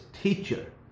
teacher